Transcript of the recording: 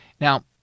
Now